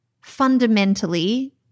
fundamentally